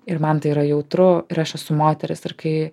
ir man tai yra jautru ir aš esu moteris ir kai